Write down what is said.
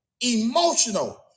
emotional